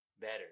better